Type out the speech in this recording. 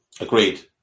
Agreed